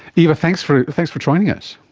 eva, thanks for thanks for joining us,